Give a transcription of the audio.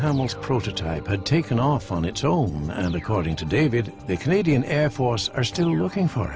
hemmings prototype had taken off on its own and according to david the canadian air force are still looking for